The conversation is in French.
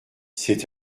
c’est